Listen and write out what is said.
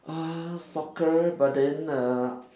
uh soccer but then err